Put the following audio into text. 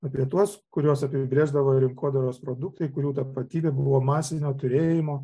apie tuos kuriuos apibrėždavo rinkodaros produktai kurių tapatybė buvo masinio turėjimo